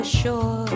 Sure